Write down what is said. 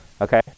Okay